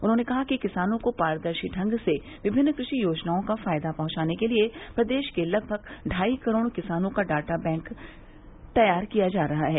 उन्होंने कहा कि किसानों को पारदर्शी ढंग से विभिन्न कृषि योजनाओं का फायदा पहंचाने के लिए प्रदेश के लगभग ढाई करोड़ किसानों का डाटा बैंक तैयार किया जा रहा हैं